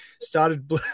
started